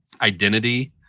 identity